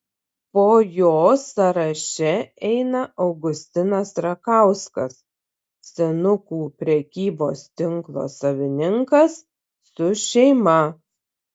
po jo sąraše eina augustinas rakauskas senukų prekybos tinko savininkas su šeima